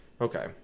Okay